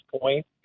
point